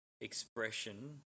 expression